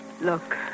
Look